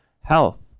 health